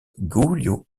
giulio